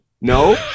no